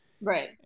Right